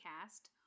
cast